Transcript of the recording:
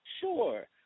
sure